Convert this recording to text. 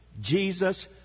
Jesus